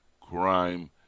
crime